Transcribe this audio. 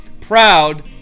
proud